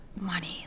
money